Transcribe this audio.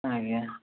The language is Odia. ଆଜ୍ଞା